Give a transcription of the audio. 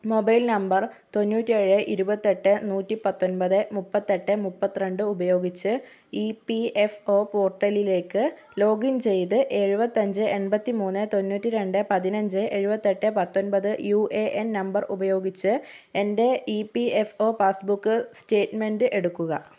mobile number തൊണ്ണുറ്റിയേഴ് ഇരുപത്തെട്ട് നൂറ്റിപത്തൊന്പത് മുപ്പത്തട്ട് മുപ്പത്ത് രണ്ട് ഉപയോഗിച്ച് ഇ പി എഫ് ഒ പോർട്ടലിലേക്ക് ലോഗിൻ ചെയ്ത് എഴുപത്തിയഞ്ച് എണ്പത്തി മൂന്ന് തൊണ്ണൂറ്റി രണ്ട് പതിനഞ്ച് എഴുപത്തെട്ട് പത്തൊന്പത് യുഎഎന് നമ്പർ ഉപയോഗിച്ച് എൻ്റെ E P F O passbook statement എടുക്കുക